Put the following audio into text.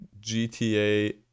GTA